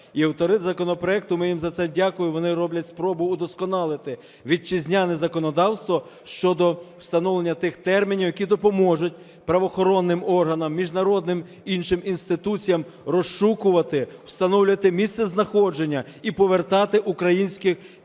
І автори законопроекту, ми їм за це дякуємо, вони роблять спробу удосконалити вітчизняне законодавство щодо встановлення тих термінів, які допоможуть правоохоронним органам, міжнародним іншим інституціям розшукувати, встановлювати місцезнаходження і повертати українських дітей